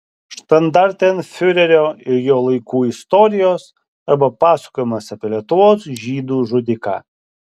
štandartenfiurerio ir jo laikų istorijos arba pasakojimas apie lietuvos žydų žudiką